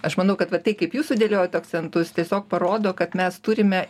aš manau kad va tai kaip jų sudėliojot akcentus tiesiog parodo kad mes turime